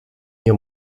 nie